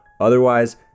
Otherwise